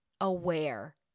aware